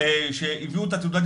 שהביאו את התעודה,